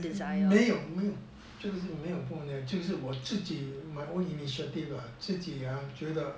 没有没有就是我自己 my own initiative 啦就是我自己啊觉得